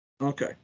Okay